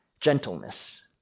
Gentleness